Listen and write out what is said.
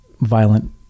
violent